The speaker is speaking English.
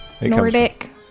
Nordic